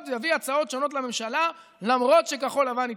ויביא הצעות שונות לממשלה למרות שכחול לבן יתנגדו.